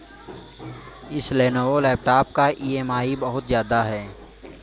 इस Lenovo laptop का EMI बहुत ज्यादा है